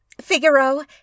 Figaro